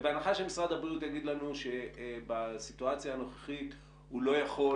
ובהנחה שמשרד הבריאות יגיד לנו שבסיטואציה הנוכחית הוא לא יכול